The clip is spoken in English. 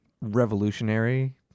revolutionary